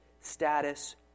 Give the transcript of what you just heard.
status